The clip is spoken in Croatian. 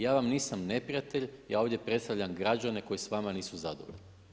Ja vam nisam neprijatelj, ja ovdje predstavljam građane koji s vama nisu zadovoljni.